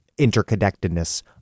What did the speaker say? interconnectedness